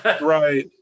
Right